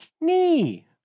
Knee